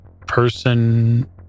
person